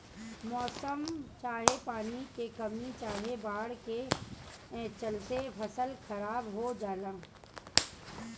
मौसम चाहे पानी के कमी चाहे बाढ़ के चलते फसल खराब हो जला